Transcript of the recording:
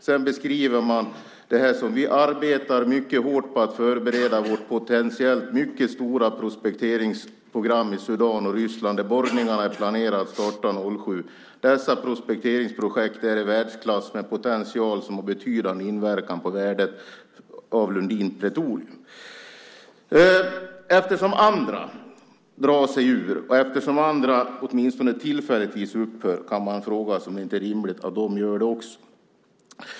Sedan beskriver man det här: Vi arbetar mycket hårt på att förbereda våra potentiellt mycket stora prospekteringsprogram i Sudan och Ryssland där borrningarna är planerade att starta under 2007. Dessa är prospekteringsprojekt i världsklass med potential att ha en betydande inverkan på värdet av Lundin Petroleum. Eftersom andra drar sig ur och eftersom andra åtminstone tillfälligtvis upphör med sin verksamhet kan man fråga sig om det inte är rimligt att de gör det också.